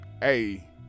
hey